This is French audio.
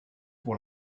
pour